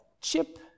Chip